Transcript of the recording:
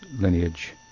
lineage